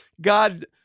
God